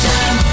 Time